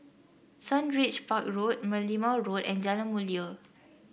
Sundridge Park Road Merlimau Road and Jalan Mulia